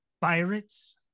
Pirates